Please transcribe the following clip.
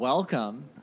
Welcome